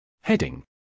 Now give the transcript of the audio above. Heading